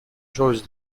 joins